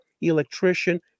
electrician